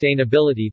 sustainability